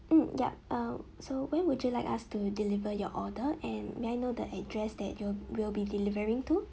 hmm yup um so where would you like us to deliver your order and may I know the address that you we'll be delivering to